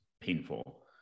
painful